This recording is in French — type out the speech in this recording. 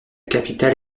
capitale